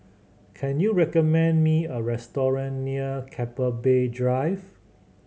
can you recommend me a restaurant near Keppel Bay Drive